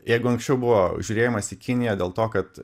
jeigu anksčiau buvo žiūrėjimas į kiniją dėl to kad